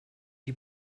die